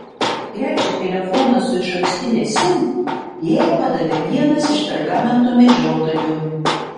trečią telefoną su išankstine sim jai padavė vienas iš pergamento medžiotojų